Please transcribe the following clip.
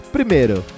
Primeiro